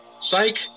psych